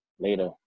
Later